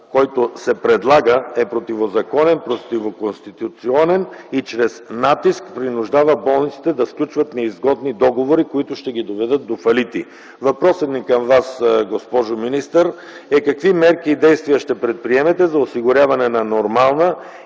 който се предлага, е противозаконен, противоконституционен и чрез натиск принуждава болниците да сключват неизгодни договори, които ще ги доведат до фалити. Въпросът ни към Вас, госпожо министър е: какви мерки и действия ще предприемете за осигуряване на нормална